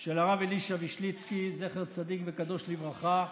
של הרב אלישע וישליצקי, זכר צדיק וקדוש לברכה,